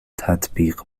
تطبیق